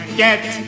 get